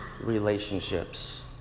relationships